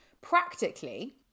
Practically